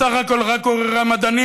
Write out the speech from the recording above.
בסך הכול רק עוררה מדנים.